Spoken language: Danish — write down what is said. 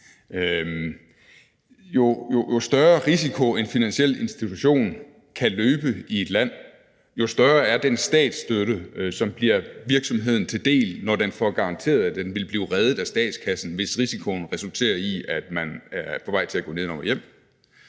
Jo større risiko en finansiel institution kan løbe i et land, jo større er den statsstøtte, som bliver virksomheden til del, når den får garanteret, at den vil blive reddet af statskassen, hvis risikoen resulterer i, at den er på vej til at gå nedenom og hjem.